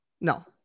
no